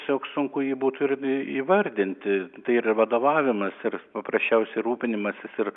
tiesiog sunku jį būtų ir įvardinti tai ir vadovavimas ir paprasčiausiai rūpinimasis ir